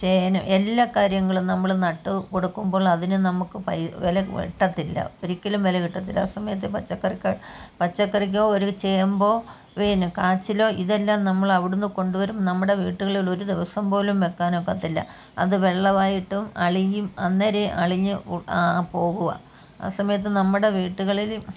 ചേന എല്ലാ കാര്യങ്ങളും നമ്മൾ നട്ട് കൊടുക്കുമ്പോൾ അതിന് നമുക്ക് വില കിട്ടത്തില്ല ഒരിക്കലും വില കിട്ടത്തില്ല ആ സമയത്ത് പച്ചക്കറിക്ക് പച്ചക്കറിക്ക് ഒരു ചേമ്പോ പിന്ന കാച്ചിലോ ഇതെല്ലം നമ്മൾ അവിടെനിന്ന് കൊണ്ടുവരും നമ്മുടെ വീട്ടുകളിൽ ഒരു ദിവസം പോലും വെക്കാൻ ഒക്കത്തില്ല അത് വെള്ളമായിട്ടും അഴുകിയും അന്നേരം അളിഞ്ഞ് പോകുവുകയാണ് ആ സമയത്ത് നമ്മുടെ വീട്ടുകളിൽ